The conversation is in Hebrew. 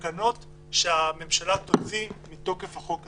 תקנות שהממשלה תוציא מתוקף החוק הזה.